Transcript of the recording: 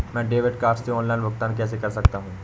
मैं debit card से online भुगतान कैसे कर सकता हूँ?